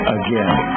again